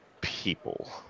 people